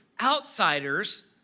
outsiders